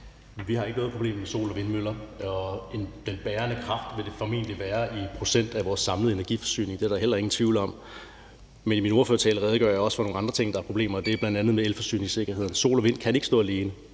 Vi har ikke noget problem med solceller og vindmøller. I procent vil det formentlig være den bærende kraft i vores samlede energiforsyning. Det er der heller ingen tvivl om. Men i min ordførertale redegør jeg også for nogle andre ting, der er problemer. Det er bl.a. elforsyningssikkerheden. Sol og vind kan ikke stå alene.